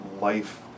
life